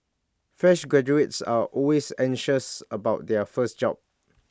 fresh graduates are always anxious about their first job